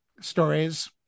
stories